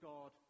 God